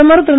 பிரதமர் திரு